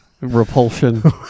Repulsion